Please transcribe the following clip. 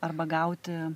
arba gauti